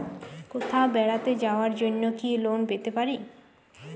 কোথাও বেড়াতে যাওয়ার জন্য কি লোন পেতে পারি?